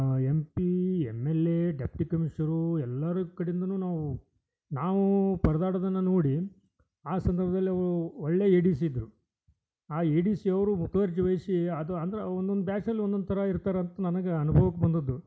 M P M L A deputy ಕಮಿಷರೂ ಎಲ್ಲರ ಕಡೆ ಇಂದನೂ ನಾವೂ ನಾವೂ ಪರ್ದಾಡೋದನ್ನು ನೋಡಿ ಆ ಸಂದರ್ಭದಲ್ ಅವರು ಒಳ್ಳೆಯ ಎ ಡಿ ಸಿ ಇದ್ದರು ಆ ಎ ಡಿ ಸಿ ಅವರು ಮುತುವರ್ಜಿವಹಿಸಿ ಅದು ಅಂದ್ರೆ ಒಂದೊಂದು ಬ್ಯಾಚಲ್ಲಿ ಒಂದೊಂದು ಥರ ಇರ್ತರೆ ಅಂತ ನನಗೆ ಅನುಭವಕ್ಕೆ ಬಂದದ್ದು